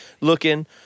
looking